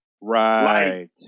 Right